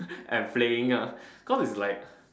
and playing cause its like